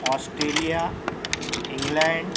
Australia England